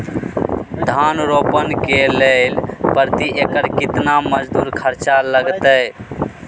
धान रोपय के लेल प्रति एकर केतना मजदूरी खर्चा लागतेय?